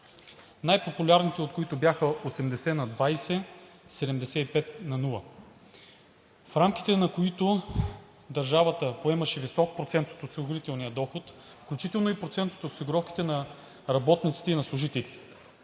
най популярните от които бяха 80/20, 75/0, в рамките на които държавата поемаше висок процент от осигурителния доход, включително и процент от осигуровките на работниците и на служителите.